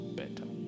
better